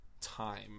time